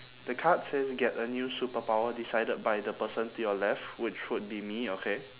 the card says get a new superpower decided by the person to your left which would be me okay